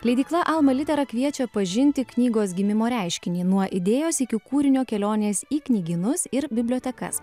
leidykla alma litera kviečia pažinti knygos gimimo reiškinį nuo idėjos iki kūrinio kelionės į knygynus ir bibliotekas